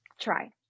try